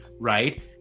right